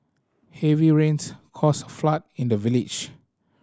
heavy rains caused a flood in the village